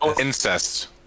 incest